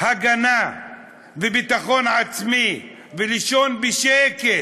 הגנה וביטחון עצמי ולישון בשקט